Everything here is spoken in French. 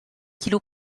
kilos